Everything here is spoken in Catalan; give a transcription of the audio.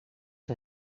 que